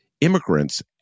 immigrants